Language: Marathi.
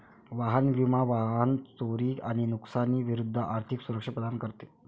वाहन विमा वाहन चोरी आणि नुकसानी विरूद्ध आर्थिक सुरक्षा प्रदान करते